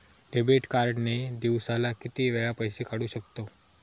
Debit card ने दिवसाला किती वेळा पैसे काढू शकतव?